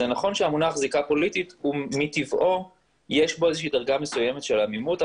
זה נכון שהמונח זיקה פוליטית מטבעו יש בו דרגה מסוימת של עמימות,